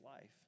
life